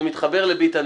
אני מתחבר לביטן,